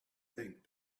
think